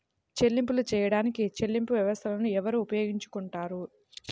చెల్లింపులు చేయడానికి చెల్లింపు వ్యవస్థలను ఎవరు ఉపయోగించుకొంటారు?